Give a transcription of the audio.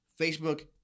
Facebook